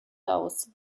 aus